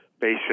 basic